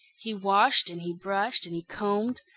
he washed and he brushed and he combed.